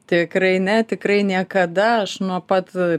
tikrai ne tikrai niekada aš nuo pat